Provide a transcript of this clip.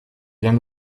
vient